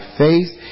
faith